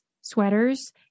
sweaters